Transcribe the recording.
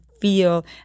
feel